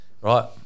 Right